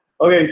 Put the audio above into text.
Okay